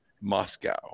Moscow